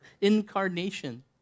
incarnation